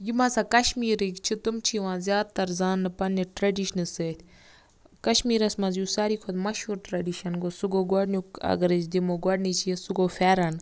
یِم ہَسا کَشمیٖرٕکۍ چھِ تِم چھِ یِوان زیادٕ تَر زاننہٕ پَننہِ ٹرٛیڈِشنہٕ سۭتۍ کَشمیٖرَس منٛز یُس ساروٕے کھۄتہٕ مَشہوٗر ٹرٛیڈِشَن گوٚو سُہ گوٚو گۄڈنیُک اگر أسۍ دِمو گۄڈنِچی یہِ سُہ گوٚو پھیٚرَن